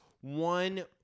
one